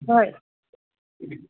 হয়